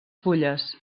fulles